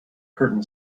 curtain